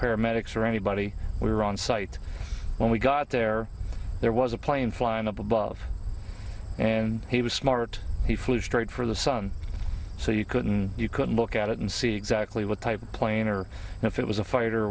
paramedics or anybody we were on site when we got there there was a plane flying up above and he was smart he flew straight for the sun so you couldn't you could look at it and see exactly what type of plane or if it was a fighter or